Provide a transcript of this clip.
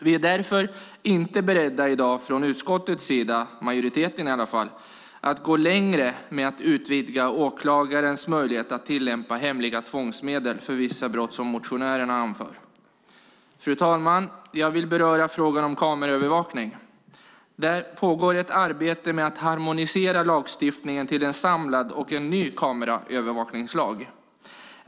Vi är därför i dag inte beredda att från utskottsmajoritetens sida gå längre genom att utvidga åklagarens möjlighet att tillämpa hemliga tvångsmedel för vissa brott som motionärerna anför. Fru talman! Jag vill även beröra frågan om kameraövervakning. Där pågår ett arbete med att harmonisera lagstiftningen till en samlad, ny kameraövervakningslag.